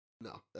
No